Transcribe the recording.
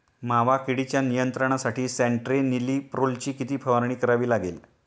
मावा किडीच्या नियंत्रणासाठी स्यान्ट्रेनिलीप्रोलची किती फवारणी करावी लागेल?